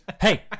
Hey